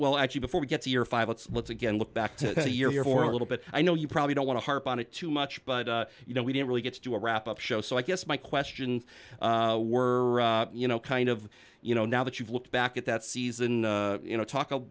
well actually before we get to your five let's let's again look back to a year here for a little bit i know you probably don't want to harp on it too much but you know we didn't really gets to wrap up show so i guess my question were you know kind of you know now that you've looked back at that season you know talk a